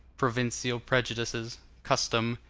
provincial prejudices, custom,